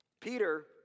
Peter